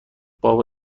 بابا